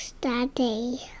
Daddy